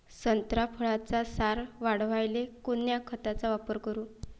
संत्रा फळाचा सार वाढवायले कोन्या खताचा वापर करू?